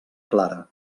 clara